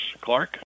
Clark